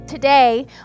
Today